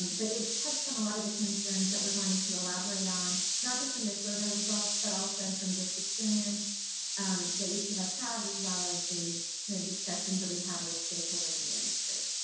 um but it touched on a lot of the concerns that we're going to elaborate on, not just from this survey results, but also from just experience um that each of us have, as well as the discussions that we've had with stakeholders in the industry.